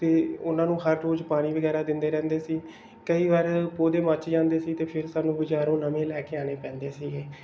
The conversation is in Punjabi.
ਅਤੇ ਉਹਨਾਂ ਨੂੰ ਹਰ ਰੋਜ਼ ਪਾਣੀ ਵਗੈਰਾ ਦਿੰਦੇ ਰਹਿੰਦੇ ਸੀ ਕਈ ਵਾਰ ਪੌਦੇ ਮੱਚ ਜਾਂਦੇ ਸੀ ਅਤੇ ਫਿਰ ਸਾਨੂੰ ਬਜ਼ਾਰੋਂ ਨਵੇਂ ਲੈ ਕੇ ਆਉਣੇ ਪੈਂਦੇ ਸੀਗੇ